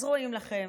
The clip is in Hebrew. אז רואים לכם.